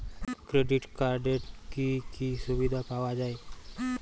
Credit কার্ডের কি কি সুবিধা পাওয়া যায়?